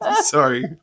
sorry